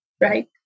right